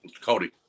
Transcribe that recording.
Cody